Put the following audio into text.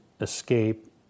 escape